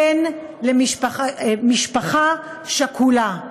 בן למשפחה שכולה.